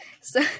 so-